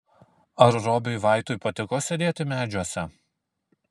ar robiui vaitui patiko sėdėti medžiuose